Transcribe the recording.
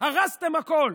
הרסתם הכול,